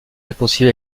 réconcilier